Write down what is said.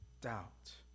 doubt